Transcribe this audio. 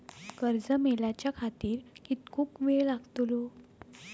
कर्ज मेलाच्या खातिर कीतको वेळ लागतलो?